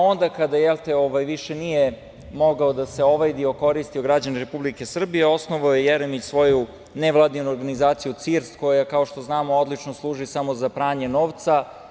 Onda kada više nije mogao da se ovajdi, okoristi o građane Republike Srbije osnovao je Jeremić svoju nevladinu organizaciju „CIRSD“ koja, kao što znamo odlično, služi samo za pranje novca.